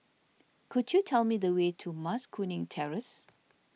could you tell me the way to Mas Kuning Terrace